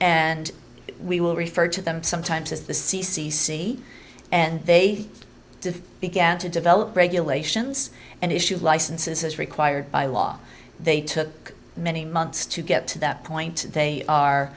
and we will refer to them sometimes as the c c c and they did began to develop regulations and issued licenses as required by law they took many months to get to that point they are